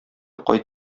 кайт